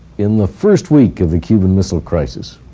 in the first week of the cuban missile crisis,